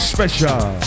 Special